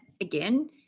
again